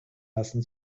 lassen